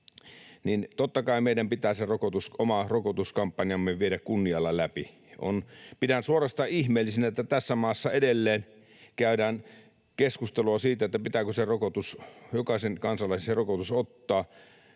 niin totta kai meidän pitää se oma rokotuskampanjamme viedä kunnialla läpi. Pidän suorastaan ihmeellisenä, että tässä maassa edelleen käydään keskustelua siitä, pitääkö jokaisen kansalaisen se rokotus ottaa,